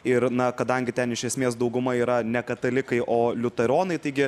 ir na kadangi ten iš esmės dauguma yra ne katalikai o liuteronai taigi